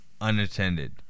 unattended